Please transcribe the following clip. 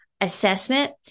assessment